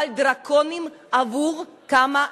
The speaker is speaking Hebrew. אבל דרקוניים, עבור כמה טיפות,